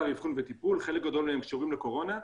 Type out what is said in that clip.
אבחון וטיפול חלק גדול מהם קשורים לקורונה.